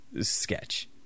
sketch